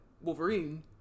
wolverine